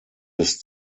des